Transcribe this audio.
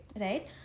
Right